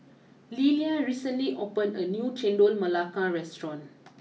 Lelia recently opened a new Chendol Melaka restaurant